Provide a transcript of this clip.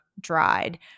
dried